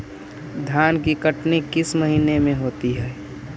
धान की कटनी किस महीने में होती है?